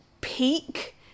peak